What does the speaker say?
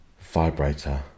vibrator